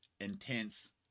intense